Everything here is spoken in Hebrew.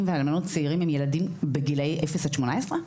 ואלמנות צעירים עם ילדים בגילאי אפס עד 18?